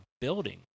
building